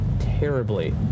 terribly